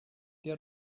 der